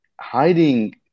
hiding